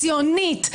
הציונית,